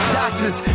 doctors